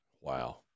Wow